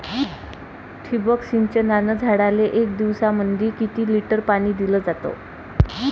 ठिबक सिंचनानं झाडाले एक दिवसामंदी किती लिटर पाणी दिलं जातं?